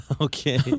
Okay